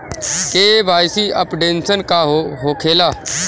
KYC updation का होखेला?